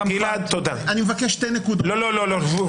אני מבקש שתי נקודות אחרונות.